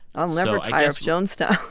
i'll never tire of jonestown